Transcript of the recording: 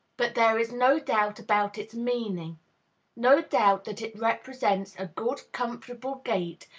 but there is no doubt about its meaning no doubt that it represents a good, comfortable gait,